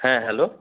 হ্যাঁ হ্যালো